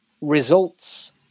results